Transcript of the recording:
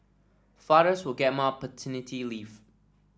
fathers will get more paternity leaves